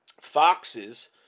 Foxes